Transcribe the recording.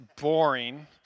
boring